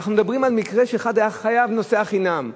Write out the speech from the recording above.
אנחנו מדברים על מקרה שאחד היה חייב נוסע חינם,